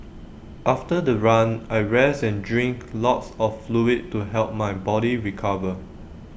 after the run I rest and drink lots of fluid to help my body recover